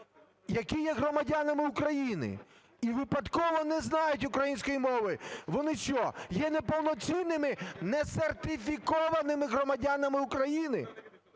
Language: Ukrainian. які є громадянами України і випадково не знають української мови, вони що є неповноцінними несертифікованими громадянами України?